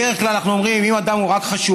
בדרך כלל אנחנו אומרים: אם אדם הוא רק חשוד,